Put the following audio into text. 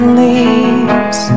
leaves